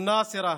א-נאצרה,